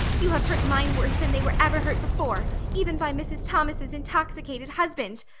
you have hurt mine worse than they were ever hurt before even by mrs. thomas' intoxicated husband.